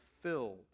filled